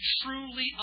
truly